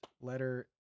letter